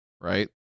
right